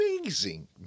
amazing